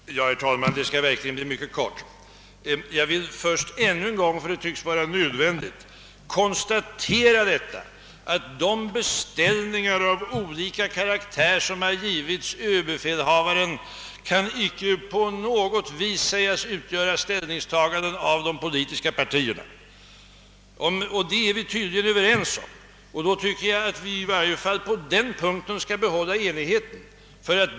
Herr talman! Mitt anförande skall verkligen bli mycket kort. Jag vill ännu en gång, eftersom det tycks vara nödvändigt, konstatera, att de beställningar av olika karaktär som har givits överbefälhavaren icke på något vis kan sägas utgöra ställningstaganden av de politiska partierna, och det är vi tydligen överens om. Under sådana förhållanden tycker jag, att vi i varje fall på den punkten skall behålla enigheten.